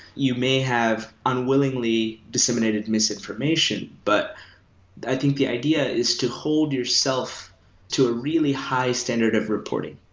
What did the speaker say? you may have unwillingly disseminated misinformation. but i think the idea is to hold yourself to a really high standard of reporting,